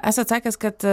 esat sakęs kad